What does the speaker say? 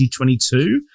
2022